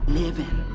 living